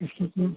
इसकी कीमत